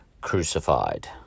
crucified